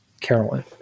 Carolyn